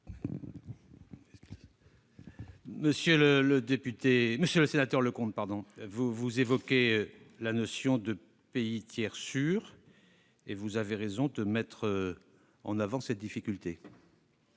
M. le ministre. Monsieur le sénateur Leconte, vous évoquez la notion de « pays tiers sûr », et vous avez raison de mettre en avant la difficulté